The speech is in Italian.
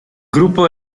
gruppo